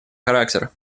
характер